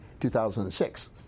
2006